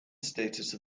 status